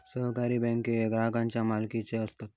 सहकारी बँको ग्राहकांच्या मालकीचे असतत